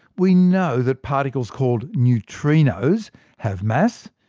we know that particles called neutrinos have mass.